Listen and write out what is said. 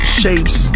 shapes